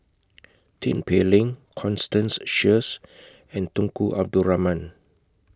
Tin Pei Ling Constance Sheares and Tunku Abdul Rahman